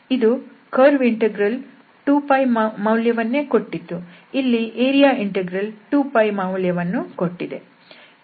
ಇದು curve integral 2π ಮೌಲ್ಯವನ್ನೇ ಕೊಟ್ಟಿತ್ತು ಇಲ್ಲಿ ಏರಿಯಾ ಇಂಟೆಗ್ರಲ್ 2π ಮೌಲ್ಯವನ್ನು ಕೊಟ್ಟಿದೆ